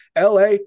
LA